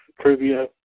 trivia